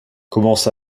commence